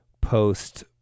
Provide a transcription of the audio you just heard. post